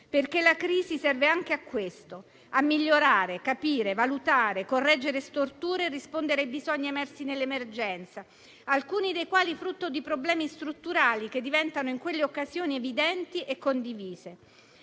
La crisi serve anche a questo: a migliorare, capire, valutare, correggere storture e rispondere ai bisogni emersi nell'emergenza, alcuni dei quali sono frutto di problemi strutturali, che in quelle occasioni diventano evidenti e condivisi.